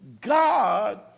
god